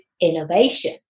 innovation